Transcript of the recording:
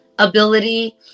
ability